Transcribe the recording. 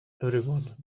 everyone